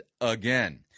again